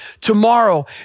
tomorrow